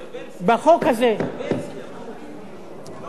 בחוק הזה.